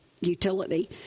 utility